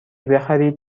بخرید